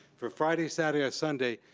for friday, saturday, or sunday,